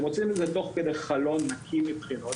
הם עושים את זה תוך כדי חלון נקי מבחינות.